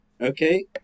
Okay